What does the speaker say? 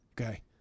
Okay